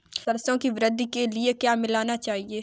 सरसों की वृद्धि के लिए क्या मिलाना चाहिए?